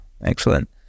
excellent